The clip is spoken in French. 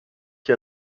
qui